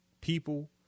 people